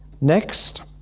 Next